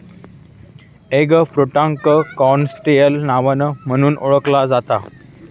एगफ्रुटाक canistel नावान म्हणुन ओळखला जाता